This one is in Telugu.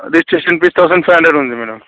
registration fee thousand five hundred ఉంది మ్యాడం